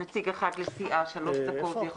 של נציג אחד לסיעה שלוש דקות.